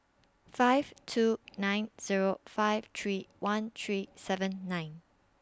five two nine Zero five three one three seven nine